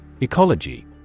Ecology